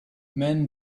men